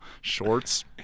Shorts